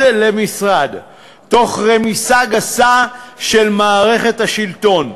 למשרד תוך רמיסה גסה של מערכת השלטון,